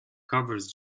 covers